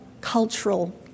cultural